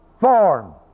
Form